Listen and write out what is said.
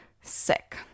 sick